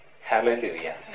Hallelujah